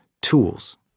tools